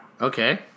Okay